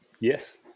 Yes